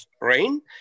rain